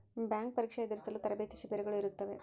bank ಪರೀಕ್ಷೆ ಎದುರಿಸಲು ತರಬೇತಿ ಶಿಬಿರಗಳು ಇರುತ್ತವೆ